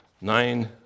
Nine